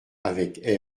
avec